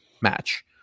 match